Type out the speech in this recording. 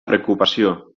preocupació